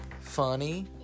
funny